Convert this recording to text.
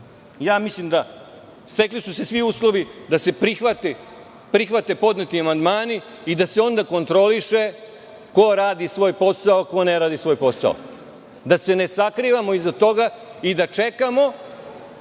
mislim da su se stekli svi uslovi da se prihvate podneti amandmani i da se onda kontroliše ko radi svoj posao, ko ne radi svoj posao, da se ne sakrivamo iza toga i da čekamo,